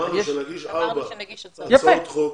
אמרנו שנגיש ארבע הצעות חוק,